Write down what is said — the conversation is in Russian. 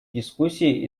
дискуссии